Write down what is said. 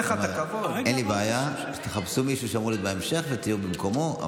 אין לי בעיה שתחפשו מישהו שאמור להיות בהמשך ותהיו במקומו,